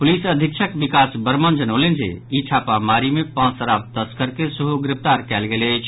police अधिक्षक विकास वर्मन जनौलनि जे इ छापामारी मे पांच शराब तस्कर के सेहो गिरफ्तार कयल गेल अछि